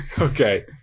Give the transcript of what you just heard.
Okay